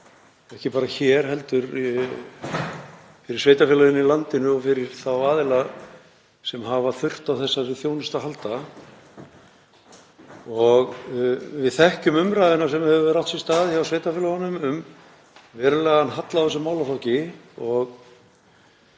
ekki bara hér heldur fyrir sveitarfélögin í landinu og fyrir þá aðila sem hafa þurft á þessari þjónustu að halda. Við þekkjum umræðuna sem hefur átt sér stað hjá sveitarfélögunum um verulegan halla á þessum málaflokki og